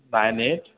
nine eight